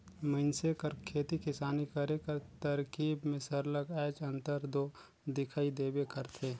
मइनसे कर खेती किसानी करे कर तरकीब में सरलग आएज अंतर दो दिखई देबे करथे